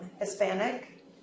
Hispanic